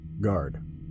Guard